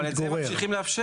אבל את זה הם ממשיכים לאפשר.